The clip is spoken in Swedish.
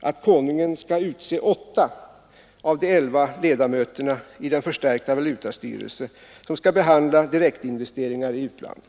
att Kungl. Maj:t skall utse åtta av de elva ledamöterna i den förstärkta valutastyrelse som skall behandla direktinvesteringar i utlandet.